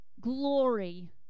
glory